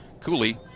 Cooley